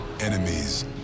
Enemies